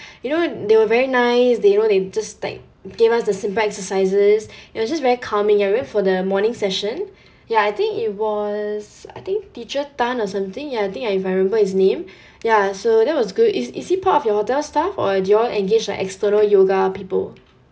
you know they were very nice they you know they just like they gave us a simple exercises it was just very calming and we went for the morning session ya I think it was I think teacher tan or something ya I think I if I remember his name ya so that was good is is he part of your hotel staff or do you all engage like external yoga people